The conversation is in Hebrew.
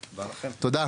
תודה.